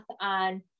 on